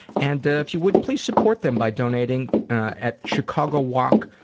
and if you would, please support them by donating at chicagowalk.